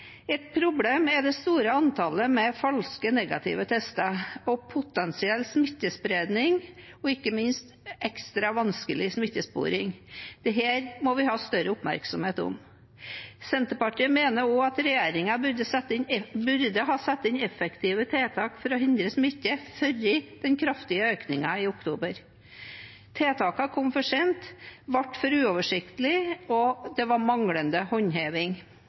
Et problem er det store antallet med falske negative tester og potensiell smittespredning og ikke minst ekstra vanskelig smittesporing. Dette må vi ha større oppmerksomhet på. Senterpartiet mener også at regjeringen burde ha satt inn effektive tiltak for å hindre smitte før den kraftige økningen i oktober. Tiltakene kom for sent og ble for uoversiktlige, og det var manglende håndheving.